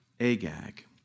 Agag